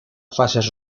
fases